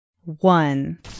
One